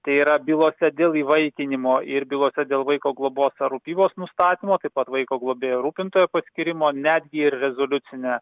tai yra bylose dėl įvaikinimo ir bylose dėl vaiko globos ar rūpybos nustatymo taip pat vaiko globėjo rūpintojo paskyrimo netgi ir rezoliucinė